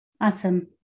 Awesome